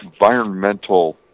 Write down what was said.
environmental